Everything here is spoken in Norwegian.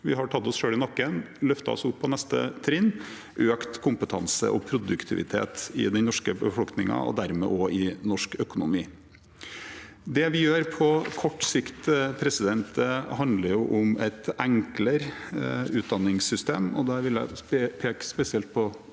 Vi har tatt oss selv i nakken, løftet oss opp på neste trinn og økt kompetansen og produktiviteten i den norske befolkningen og dermed også i norsk økonomi. Det vi gjør på kort sikt, handler om et enklere utdanningssystem,